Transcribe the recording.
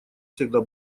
всегда